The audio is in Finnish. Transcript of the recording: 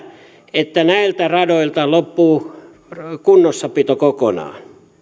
että näiltä radoilta loppuu kunnossapito kokonaan